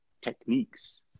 techniques